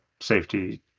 safety